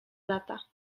lata